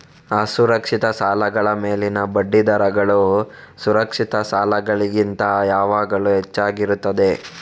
ಅಸುರಕ್ಷಿತ ಸಾಲಗಳ ಮೇಲಿನ ಬಡ್ಡಿ ದರಗಳು ಸುರಕ್ಷಿತ ಸಾಲಗಳಿಗಿಂತ ಯಾವಾಗಲೂ ಹೆಚ್ಚಾಗಿರುತ್ತದೆ